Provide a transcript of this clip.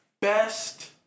best